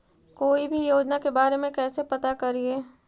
कोई भी योजना के बारे में कैसे पता करिए?